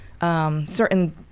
certain